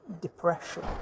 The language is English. depression